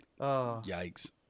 Yikes